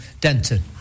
Denton